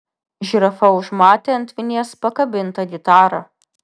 žirafa užmatė ant vinies pakabintą gitarą